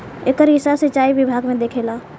एकर हिसाब सिचाई विभाग देखेला